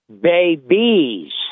Babies